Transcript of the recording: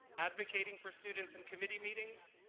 advocating for students in committee meetings,